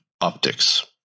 optics